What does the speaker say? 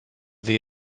the